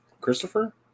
Christopher